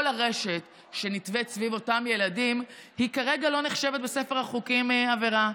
כל הרשת שנטווית סביב אותם ילדים היא כרגע לא נחשבת בספר החוקים עבירה.